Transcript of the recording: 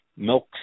milk